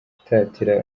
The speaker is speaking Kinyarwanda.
gutatira